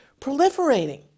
proliferating